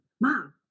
Mom